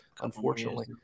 Unfortunately